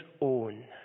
own